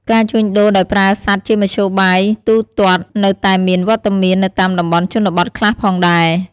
ការជួញដូរដោយប្រើសត្វជាមធ្យោបាយទូទាត់នៅតែមានវត្តមាននៅតាមតំបន់ជនបទខ្លះផងដែរ។